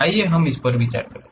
आइए हम इस पर विचार करें